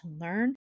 learn